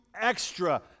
extra